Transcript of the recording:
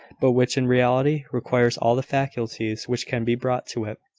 but, which in reality requires all the faculties which can be brought to it,